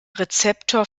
rezeptor